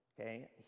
okay